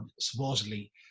supposedly